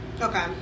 Okay